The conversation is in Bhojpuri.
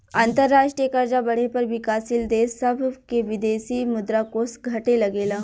अंतरराष्ट्रीय कर्जा बढ़े पर विकाशील देश सभ के विदेशी मुद्रा कोष घटे लगेला